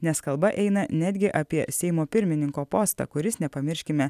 nes kalba eina netgi apie seimo pirmininko postą kuris nepamirškime